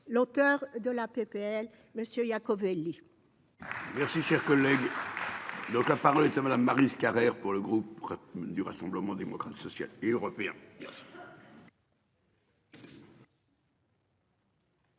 L'auteur de la PPL, monsieur Iacovelli. Donc, la parole est à madame Maryse Carrère pour le groupe. Du Rassemblement démocratique social et européen.--